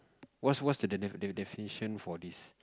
what's what's the defi~ definition for this